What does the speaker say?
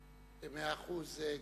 מאה אחוז.